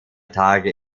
tage